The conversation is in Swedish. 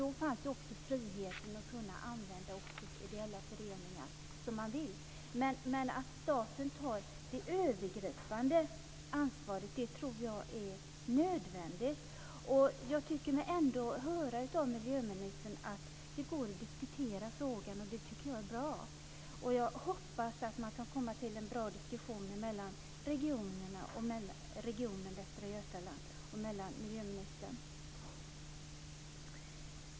Då fanns också friheten att kunna använda också ideella föreningar som man vill. Jag tror att det är nödvändigt att staten tar det övergripande ansvaret. Jag tycker mig ändå höra av miljöministern att det går att diskutera frågan, och det tycker jag är bra. Jag hoppas att man komma till en bra diskussion mellan regionen Västra Götaland och miljöministern.